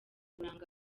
buranga